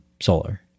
solar